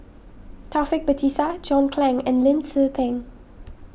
Taufik Batisah John Clang and Lim Tze Peng